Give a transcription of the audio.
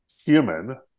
human